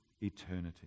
eternity